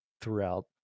throughout